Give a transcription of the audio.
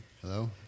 Hello